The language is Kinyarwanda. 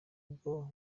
ubwo